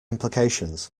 implications